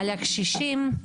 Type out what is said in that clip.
על הקשישים,